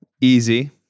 Easy